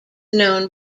known